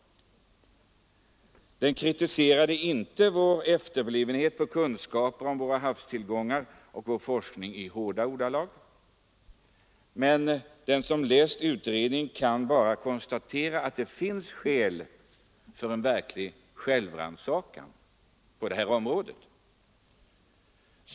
Utredningen kritiserade inte i hårda ordalag vår efterblivenhet i fråga om kunskaper och forskning om våra havstillgångar. Men den som läst utredningen kan konstatera att det finns skäl för en verklig självrannsakan på detta område.